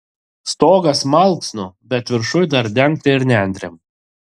stogas malksnų bet viršuj dar dengta ir nendrėm